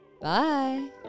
Bye